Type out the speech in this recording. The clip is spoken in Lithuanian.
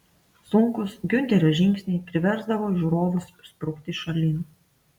sunkūs giunterio žingsniai priversdavo žiūrovus sprukti šalin